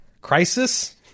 Crisis